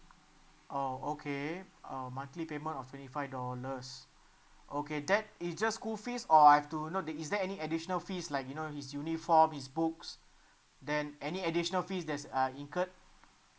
oh okay uh monthly payment of twenty five dollars okay that is just school fees or I have to you know the is there any additional fees like you know his uniform his books then any additional fees that's uh incurred